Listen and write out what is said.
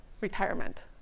retirement